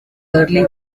early